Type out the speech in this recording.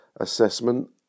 Assessment